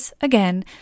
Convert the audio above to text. again